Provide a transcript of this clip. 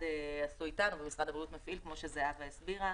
עשו אתנו ומשרד הבריאות מפעיל כמו שזהבה הסבירה.